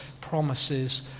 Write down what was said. promises